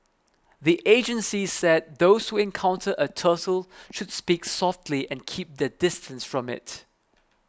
the agencies said those who encounter a turtle should speak softly and keep their distance from it